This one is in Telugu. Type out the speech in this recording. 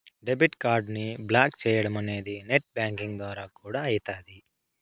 డెబిట్ కార్డుని బ్లాకు చేయడమనేది నెట్ బ్యాంకింగ్ ద్వారా కూడా అయితాది